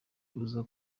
uza